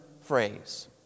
phrase